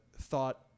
thought